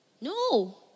No